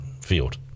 field